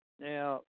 Now